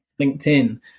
LinkedIn